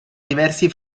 diversi